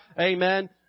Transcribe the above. Amen